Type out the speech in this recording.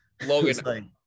Logan